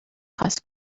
خواست